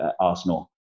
Arsenal